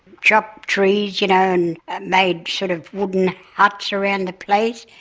chopped trees you know and made sort of wooden huts around the place.